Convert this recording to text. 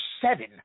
seven